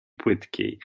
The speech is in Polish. płytkiej